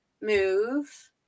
move